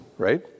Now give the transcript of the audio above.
Right